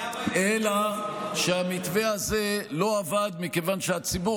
אלא שהמתווה הזה לא עבד מכיוון שהציבור